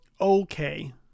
okay